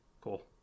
cool